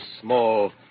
small